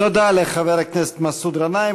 תודה לחבר הכנסת מסעוד גנאים.